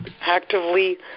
actively